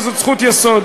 וזאת זכות יסוד.